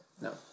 no